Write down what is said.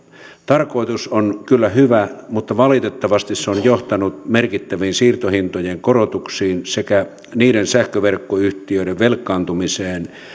tarkoitus on kyllä hyvä mutta valitettavasti se on johtanut merkittäviin siirtohintojen korotuksiin sekä niiden sähköverkkoyhtiöiden velkaantumiseen